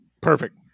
perfect